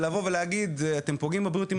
לבוא ולהגיד שאנחנו פוגעים בבריאות אם